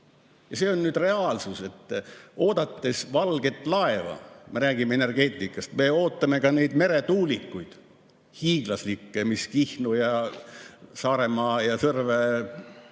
aastast. See on nüüd reaalsus, et oodates valget laeva, me räägime energeetikast, me ootame ka neid hiiglaslikke meretuulikuid, mis Kihnu ja Saaremaa ja Sõrve